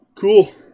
Cool